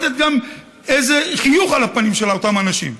גם לתת איזה חיוך על הפנים של אותם אנשים.